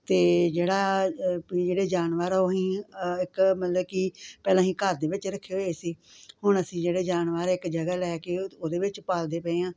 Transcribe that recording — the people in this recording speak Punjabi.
ਅਤੇ ਜਿਹੜੇ ਵੀ ਜਿਹੜੇ ਜਾਨਵਰ ਓਹੀ ਇੱਕ ਮਤਲਬ ਕਿ ਪਹਿਲਾਂ ਅਸੀਂ ਘਰ ਦੇ ਵਿੱਚ ਰੱਖੇ ਹੋਏ ਸੀ ਹੁਣ ਅਸੀਂ ਜਿਹੜੇ ਜਾਨਵਰ ਇੱਕ ਜਗ੍ਹਾ ਲੈ ਕੇ ਉਹਦੇ ਵਿੱਚ ਪਾਲਦੇ ਪਏ ਹਾਂ